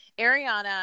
Ariana